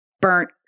burnt